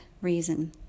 reason